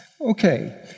Okay